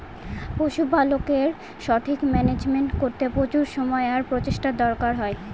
পশুপালকের সঠিক মান্যাজমেন্ট করতে প্রচুর সময় আর প্রচেষ্টার দরকার হয়